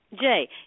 Jay